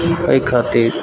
अइ खातिर